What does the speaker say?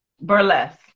Burlesque